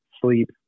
sleep